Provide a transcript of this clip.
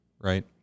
right